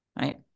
right